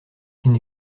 une